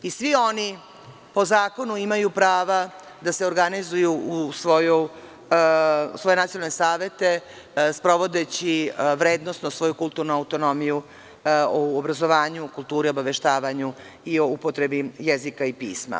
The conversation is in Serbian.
Svi oni po zakonu imaju prava da se organizuju u svoje nacionalne savete, sprovodeći vrednosno svoju kulturnu autonomiju u obrazovanju, kulturi, obaveštavanju i o upotrebi jezika i pisma.